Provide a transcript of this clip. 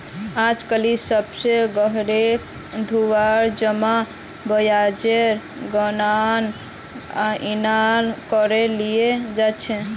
आजकालित सब ग्राहकेर द्वारा जमा ब्याजेर गणनार आनलाइन करे लियाल जा छेक